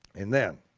and then,